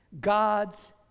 God's